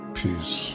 peace